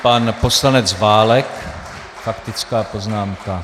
Pan poslanec Válek, faktická poznámka.